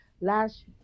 last